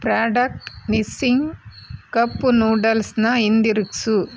product Nissin cup ನೂಡಲ್ಸ್ನ ಹಿಂದಿರುಗಿಸು